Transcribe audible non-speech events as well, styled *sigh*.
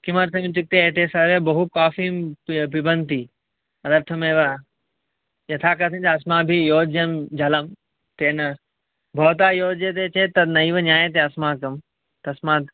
किमर्थमित्युक्ते ते सर्वे बहुकाफ़ीं पि पिबन्ति तदर्थमेव यथा *unintelligible* अस्माभिः योज्यं जलं तेन भवता योज्यते चेत् तद् नैव ज्ञायते अस्माकं तस्मात्